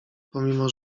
pomimo